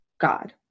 god